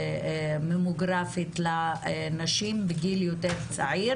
ממוגרפיה לנשים בגיל יותר צעיר